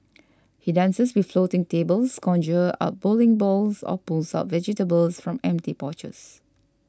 he dances with floating tables conjures up bowling balls or pulls out vegetables from empty pouches